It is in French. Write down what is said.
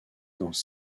dans